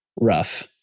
rough